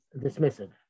dismissive